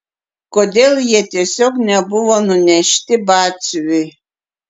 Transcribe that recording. kodėl jie tiesiog nebuvo nunešti batsiuviui